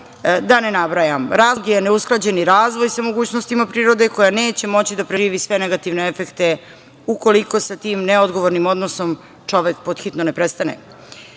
da ne nabrajam. Razlog je neusklađeni razvoj sa mogućnostima prirode koja neće moći da preživi sve negativne efekte ukoliko sa tim neodgovornim odnosom čovek pod hitno ne prestane. Upravo